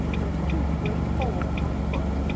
there's two great holes in my foot.